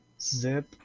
Zip